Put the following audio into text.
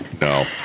no